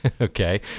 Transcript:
okay